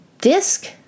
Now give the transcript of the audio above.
disc